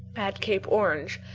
at cape orange,